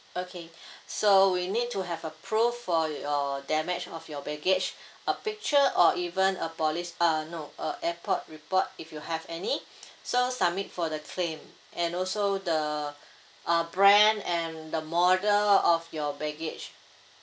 okay so we need to have a proof for your damage of your baggage a picture or even a police uh no a airport report if you have any so submit for the claim and also the uh brand and the model of your baggage